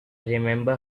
remember